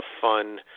fun